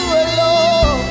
alone